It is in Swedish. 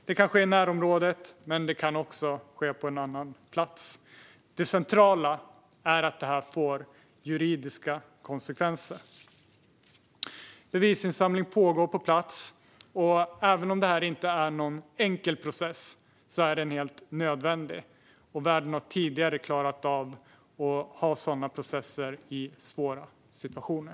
Det kan ske i närområdet, men det kan också ske på en annan plats. Det centrala är att det blir juridiska konsekvenser. Bevisinsamling pågår på plats. Även om detta inte är någon enkel process är den helt nödvändig. Världen har tidigare klarat av att ha sådana processer i svåra situationer.